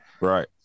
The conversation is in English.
Right